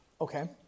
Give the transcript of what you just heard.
Okay